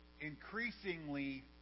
increasingly